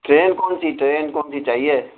train کون سی train کون سی چاہیے